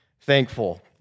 thankful